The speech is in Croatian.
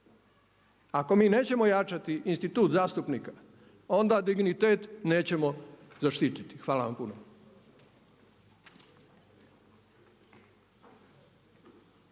Ako mi nećemo jačati institut zastupnika onda dignitet nećemo zaštiti. Hvala vam puno.